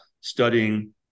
studying